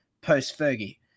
post-Fergie